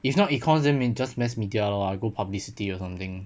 if not econs then means just mass media lor I go publicity or something